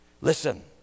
listen